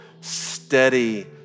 steady